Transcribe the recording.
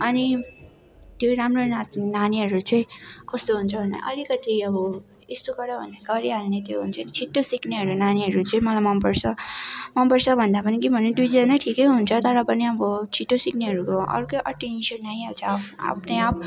अनि त्यो राम्रो नात्ने नानीहरू चाहिँ कस्तो हुन्छ भन्दा अलिकति अब यस्तो गर भन्दा गरिहाल्ने त्यो हुन्छ नी छिट्टो सिक्नेहरू नानीहरू चाहिँ मलाई मनपर्छ मनपर्छ भन्दा पनि के भने दुईजना ठिकै हुन्छ तर पनि अब छिट्टो सिक्नेहरूको अर्कै अटेन्सन आइहाल्छ आफ् आप्ने आप